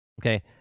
Okay